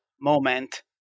moment